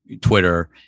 Twitter